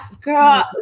Girl